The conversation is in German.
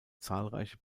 zahlreiche